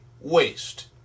waste